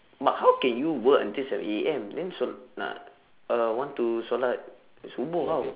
but how can you work until seven A_M then sol~ hendak uh want to solat subuh how